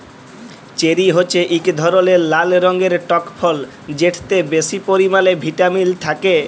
cherry হছে ইক ধরলের লাল রঙের টক ফল যেটতে বেশি পরিমালে ভিটামিল থ্যাকে